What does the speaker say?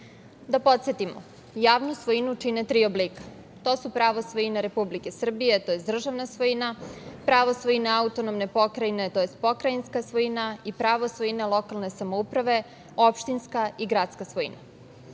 podsetimo, javnu svojinu čine tri oblika. To su pravo svojine Republike Srbije tj. državna svojina, pravo svojine AP tj. pokrajinska svojina i pravo svojine lokalne samouprave, opštinska i gradska svojina. Upis